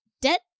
debt